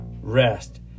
rest